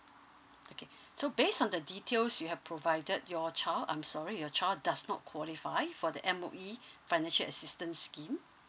okay so based on the details you have provided your child I'm sorry your child does not qualify for the M_O_E financial assistance scheme